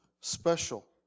special